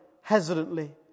hesitantly